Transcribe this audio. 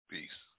Peace